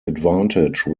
advantage